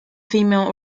female